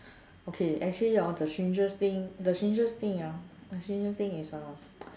okay actually hor the strangest thing the strangest thing ah the strangest thing is uh